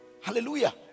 Hallelujah